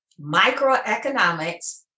microeconomics